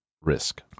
risk